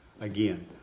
Again